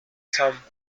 some